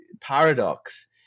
paradox